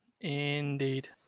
indeed